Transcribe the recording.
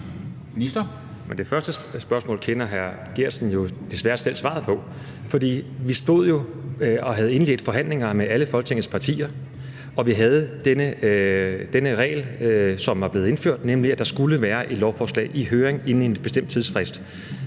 Det første spørgsmål kender hr. Martin Geertsen jo desværre selv svaret på. Vi stod jo og havde indledt forhandlinger med alle Folketingets partier, og vi havde den regel, der var blevet indført, nemlig at der skulle være et lovforslag i høring inden for en bestemt tidsfrist.